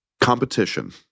Competition